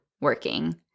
working